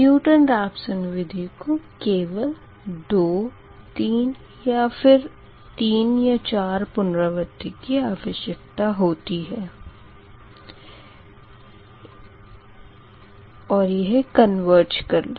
Newton Raphson विधि को केवल 2 3 या 3 4 पुनरावर्ती की आवश्यकता होती है कन्वरज करने के लिए